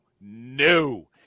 no